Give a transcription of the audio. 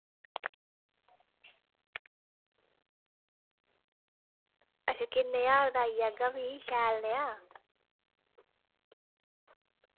अच्छा कनेहा हार पाई जाह्गा शैल नेहा